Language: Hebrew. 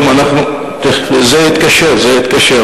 זה יתקשר, זה יתקשר.